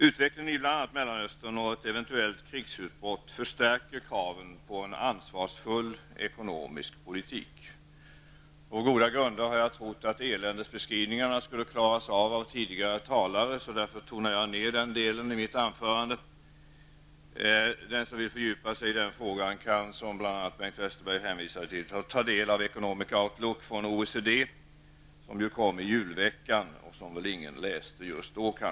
Utvecklingen i bl.a. Mellanöstern och ett eventuellt krigsutbrott förstärker kraven på en ansvarsfull ekonomisk politik. På goda grunder har jag trott att de tidigare talarna skulle klara av eländesbeskrivningarna, och därför tonar jag ned den delen av mitt anförande. Den som vill fördjupa sig i den frågan kan, som Bengt Westerberg hänvisade till, ta del av Economic Outlook från OECD, som ju kom i julveckan och som väl ingen läste just då.